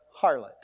harlot